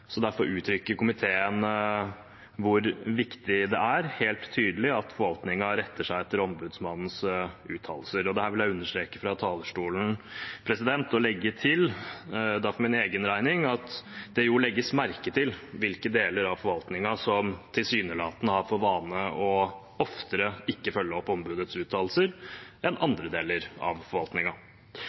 så derfor uttrykker komiteen hvor viktig det er at forvaltningen helt tydelig retter seg etter ombudsmannens uttalelser. Dette vil jeg understreke fra talerstolen og for min egen regning legge til at det jo legges merke til hvilke deler av forvaltningen som tilsynelatende har for vane oftere å ikke følge opp ombudets uttalelser enn andre deler av